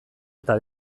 eta